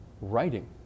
writing